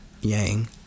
Yang